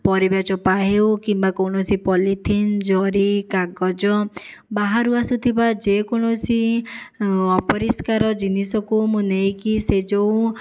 ପରିବା ଚୋପା ହେଉ କିମ୍ବା କୌଣସି ପଲିଥିନ ଜରି କାଗଜ ବାହାରୁ ଆସୁଥିବା ଯେକୌଣସି ଅପରିଷ୍କାର ଜିନିଷକୁ ମୁଁ ନେଇକି ସେ ଯେଉଁ